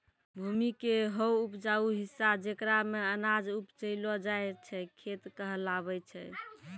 भूमि के हौ उपजाऊ हिस्सा जेकरा मॅ अनाज उपजैलो जाय छै खेत कहलावै छै